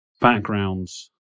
backgrounds